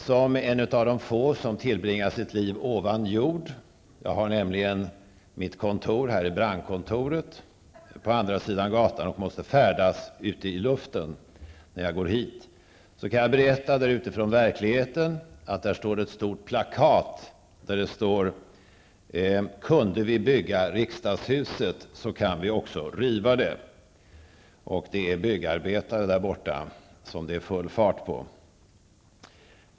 Som en av de få som tillbringar sitt liv ovan jord -- jag har nämligen mitt kontor i Brandkontoret här på andra sidan gatan och måste färdas ute i luften när jag skall hit -- kan jag berätta från verkligheten där ute, att där finns ett stort plakat där det står: ''Kunde vi bygga riksdagshuset så kan vi också riva det.'' Det är fråga om byggarbetare där borta som det är full fart på.